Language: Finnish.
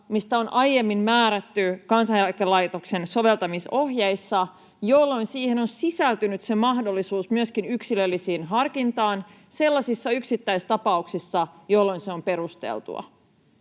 mistä on aiemmin määrätty Kansaneläkelaitoksen soveltamisohjeissa, jolloin siihen on sisältynyt myöskin mahdollisuus yksilölliseen harkintaan sellaisissa yksittäistapauksissa, jolloin se on perusteltua.